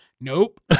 nope